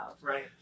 Right